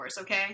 Okay